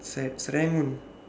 ser~ serangoon